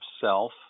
self